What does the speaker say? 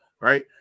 right